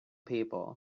people